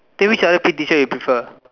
then which other P_E teacher you prefer